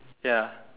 ya